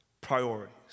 priorities